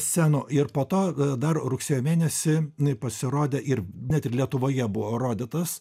scenų ir po to dar rugsėjo mėnesį pasirodė ir net ir lietuvoje buvo rodytas